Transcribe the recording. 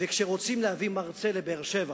וכשרוצים להביא מרצה לבאר-שבע